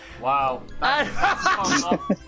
Wow